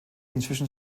inzwischen